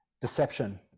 deception